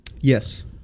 Yes